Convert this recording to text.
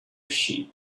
sheep